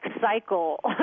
cycle